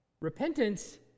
Repentance